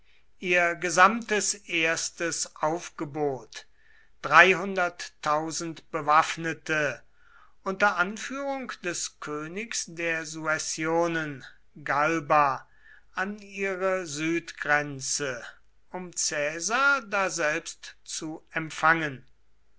ihr gesamtes erstes aufgebot bewaffnete unter anführung des königs der suessionen galba an ihre südgrenze um caesar daselbst zu empfangen